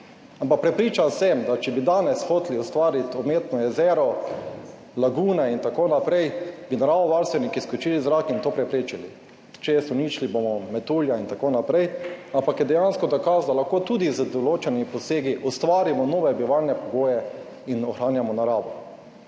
ampak prepričan sem, da če bi danes hoteli ustvariti umetno jezero, lagune in tako naprej, bi naravovarstveniki skočili v zrak in to preprečili, češ uničili bomo metulja in tako naprej, ampak je dejansko dokaz, da lahko tudi z določenimi posegi ustvarimo nove bivalne pogoje in ohranjamo naravo.